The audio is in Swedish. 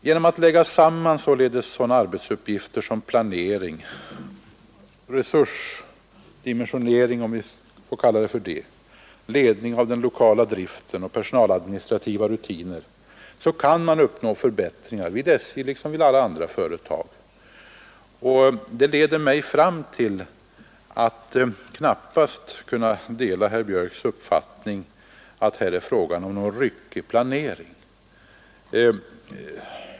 Genom att således lägga samman sådana arbetsuppgifter som planering, resursdimensionering, om vi får kalla det så, ledning av den lokala driften och personaladministrativa rutiner kan man uppnå förbättringar vid SJ liksom vid alla andra företag. Det leder mig, herr talman, fram till att knappast kunna dela herr Björks uppfattning att det är fråga om en ryckig planering.